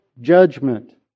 judgment